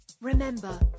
Remember